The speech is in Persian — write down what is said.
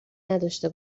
نداشته